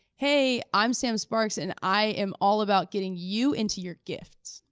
hey, i'm sam sparks and i am all about getting you into your gift.